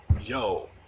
Yo